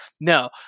no